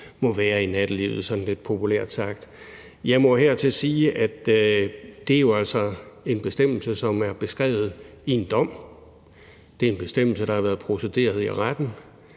må være i nattelivet, sådan lidt populært sagt. Jeg må her sige, at det er en bestemmelse, som er beskrevet i en dom. Det er en bestemmelse, der har været procederet i retten.